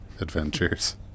adventures